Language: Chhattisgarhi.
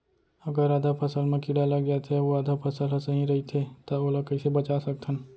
अगर आधा फसल म कीड़ा लग जाथे अऊ आधा फसल ह सही रइथे त ओला कइसे बचा सकथन?